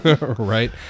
Right